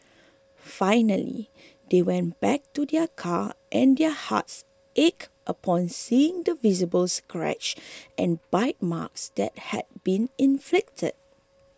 finally they went back to their car and their hearts ached upon seeing the visible scratches and bite marks that had been inflicted